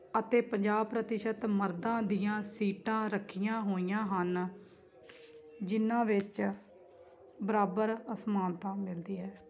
ਅਤੇ ਪੰਜਾਹ ਪ੍ਰਤੀਸ਼ਤ ਮਰਦਾਂ ਦੀਆਂ ਸੀਟਾਂ ਰੱਖੀਆਂ ਹੋਈਆਂ ਹਨ ਜਿਨ੍ਹਾਂ ਵਿੱਚ ਬਰਾਬਰ ਅਸਮਾਨਤਾ ਮਿਲਦੀ ਹੈ